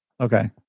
Okay